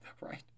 Right